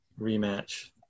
rematch